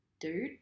dude